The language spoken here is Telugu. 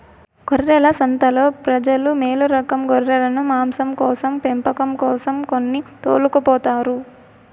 గొర్రెల సంతలో ప్రజలు మేలురకం గొర్రెలను మాంసం కోసం పెంపకం కోసం కొని తోలుకుపోతారు